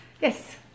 Yes